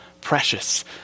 precious